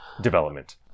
development